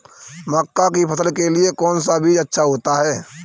मक्का की फसल के लिए कौन सा बीज अच्छा होता है?